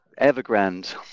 Evergrande